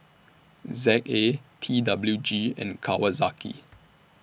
Z A T W G and Kawasaki